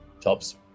tops